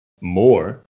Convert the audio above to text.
More